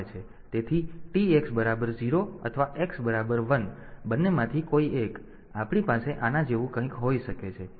તેથી T x બરાબર 0 અથવા x બરાબર 1 બંનેમાંથી કોઈ એક તેથી આપણી પાસે આના જેવું કંઈક હોઈ શકે છે